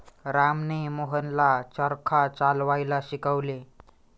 रामने मोहनला चरखा चालवायला शिकवले